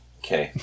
okay